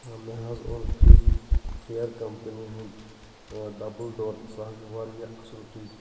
مےٚ حظ اوٚن فریج ہایر کمپٔنی ہُند ڈبل ڈور سُہ حظ چھُ واریاہ اصٕل فریج